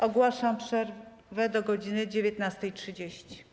Ogłaszam przerwę do godz. 19.30.